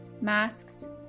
masks